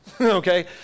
Okay